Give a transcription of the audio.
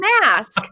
mask